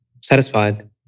Satisfied